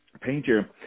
painter